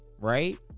right